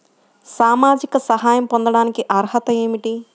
సామాజిక సహాయం పొందటానికి అర్హత ఏమిటి?